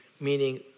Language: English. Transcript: meaning